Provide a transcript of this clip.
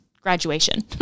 graduation